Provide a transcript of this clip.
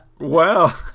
wow